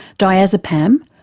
diazepam,